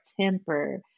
temper